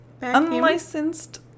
unlicensed